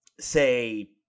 say